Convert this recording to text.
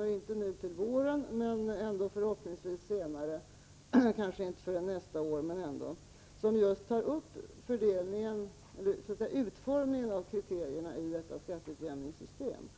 inte nu till våren men förhoppningsvis senare. Det kommer kanske inte förrän nästa år, men det blir ändå ett förslag som just tar upp frågan om utformningen av kriterierna i skatteutjämningssystemet.